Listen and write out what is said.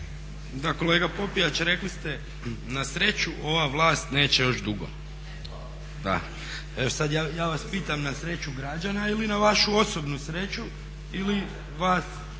Da, kolega Popijač rekli ste na sreću ova vlast neće još dugo. Ja vas pitam na sreću građana ili na vašu osobnu sreću ili vas